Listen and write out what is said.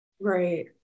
Right